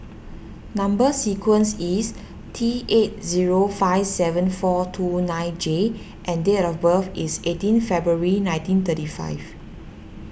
Number Sequence is T eight zero five seven four two nine J and date of birth is eighteen February nineteen thirty five